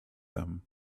them